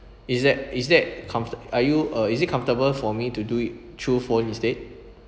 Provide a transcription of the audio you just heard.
is that is that comfort are you uh is it comfortable for me to do it through phone instead